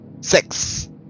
Six